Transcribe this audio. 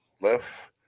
left